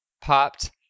popped